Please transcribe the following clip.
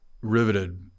riveted